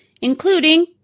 including